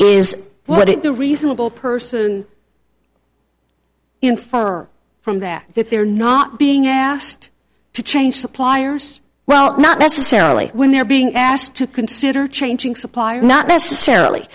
is what it the reasonable person infer from that that they're not being asked to change suppliers well not necessarily when they're being asked to consider changing supplier not necessarily